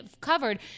covered